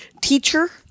teacher